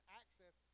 access